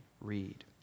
read